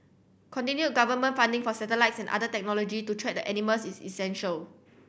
continued government funding for satellites and other technology to track the animals is essential